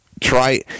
try